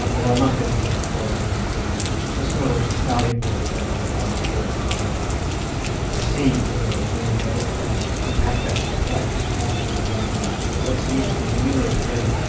although i must then follow that up by saying that that's kind of ah the starting point for the wolf man's burden. i proceed in what i was doing in that book, to unpack that quite extensively, to argue that what seems to be merely a polemic,